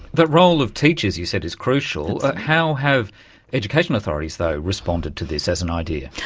the role of teachers, you said, is crucial. how have education authorities though responded to this as an idea?